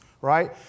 right